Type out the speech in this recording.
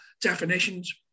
definitions